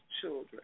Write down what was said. children